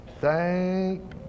Thank